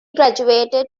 graduated